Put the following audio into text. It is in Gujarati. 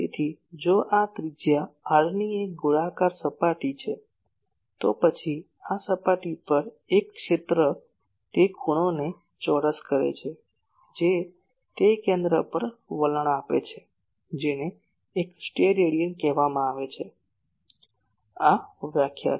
તેથી જો આ ત્રિજ્યા r ની એક ગોળાકાર સપાટી છે તો પછી સપાટી પર એક ક્ષેત્ર તે ખૂણોને ચોરસ કરે છે જે તે કેન્દ્ર પર વલણ આપે છે જેને એક સ્ટીરેડિયન કહેવામાં આવે છે તે વ્યાખ્યા છે